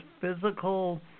physical